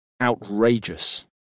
outrageous